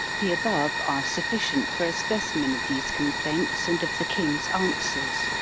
the above are sufficient for a specimen of these complaints and of the king's answers.